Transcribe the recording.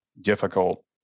difficult